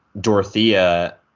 Dorothea